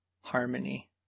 harmony